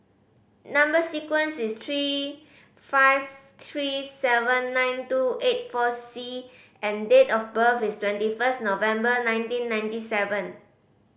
number sequence is three five three seven nine two eight four C and date of birth is twenty first November nineteen ninety seven